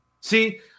See